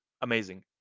Amazing